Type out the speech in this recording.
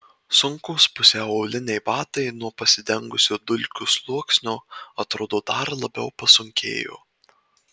sunkūs pusiau auliniai batai nuo pasidengusio dulkių sluoksnio atrodo dar labiau pasunkėjo